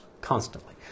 constantly